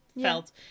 felt